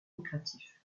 lucratif